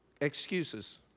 Excuses